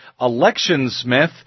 Electionsmith